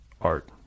art